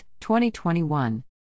2021